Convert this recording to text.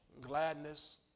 gladness